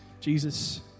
jesus